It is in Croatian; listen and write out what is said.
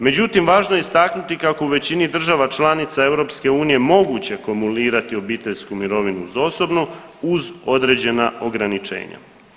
Međutim, važno je istaknuti kako u većini država članica EU moguće kumulirati obiteljsku mirovinu uz osobnu uz određena ograničenja.